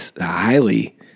highly